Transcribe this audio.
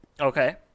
Okay